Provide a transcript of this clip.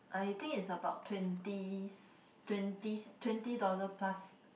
I think it's about twenties twenties twenty dollar plus